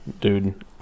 dude